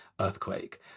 earthquake